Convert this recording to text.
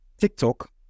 TikTok